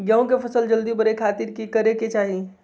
गेहूं के फसल जल्दी बड़े खातिर की करे के चाही?